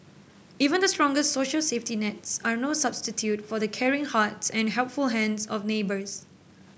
even the strongest social safety nets are no substitute for the caring hearts and helpful hands of neighbours